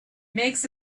makes